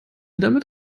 damit